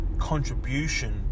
contribution